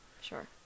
Sure